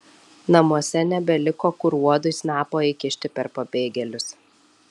namuose nebeliko kur uodui snapo įkišti per pabėgėlius